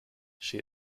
she